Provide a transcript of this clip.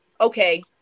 Okay